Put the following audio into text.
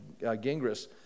Gingras